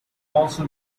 also